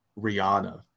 Rihanna